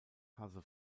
hasse